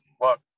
look